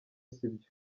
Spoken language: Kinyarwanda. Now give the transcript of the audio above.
sibyo